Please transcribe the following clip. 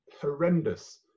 horrendous